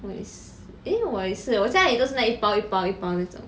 我也是 eh 我也是 eh 我家里都是那一包一包一包那一种